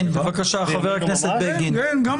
כן, גם בימינו.